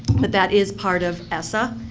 but that is part of essa.